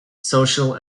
social